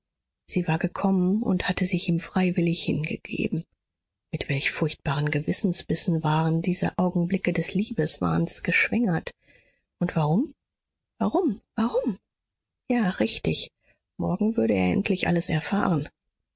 sie war gekommen und hatte sich ihm freiwillig hingegeben mit welch furchtbaren gewissensbissen waren diese augenblicke des liebeswahns geschwängert und warum warum warum ja richtig morgen würde er endlich alles erfahren